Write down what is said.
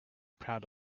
proud